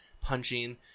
punching